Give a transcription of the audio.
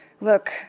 look